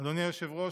היושב-ראש,